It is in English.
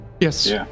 Yes